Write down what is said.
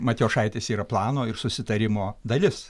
matijošaitis yra plano ir susitarimo dalis